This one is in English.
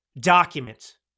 document